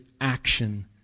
action